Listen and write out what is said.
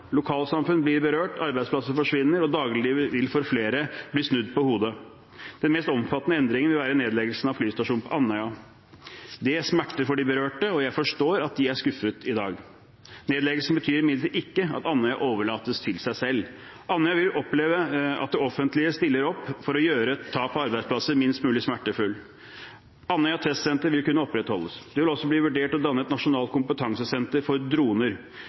Lokalsamfunn blir berørt, arbeidsplasser forsvinner, og dagliglivet vil for flere bli snudd på hodet. Den mest omfattende endringen vil være nedleggelsen av flystasjonen på Andøya. Det smerter for de berørte, og jeg forstår at de er skuffet i dag. Nedleggelsen betyr imidlertid ikke at Andøya overlates til seg selv. Andøya vil oppleve at det offentlige stiller opp for å gjøre et tap av arbeidsplasser minst mulig smertefullt. Andøya Test Center vil kunne opprettholdes. Det vil også bli vurdert å danne et nasjonalt kompetansesenter for droner.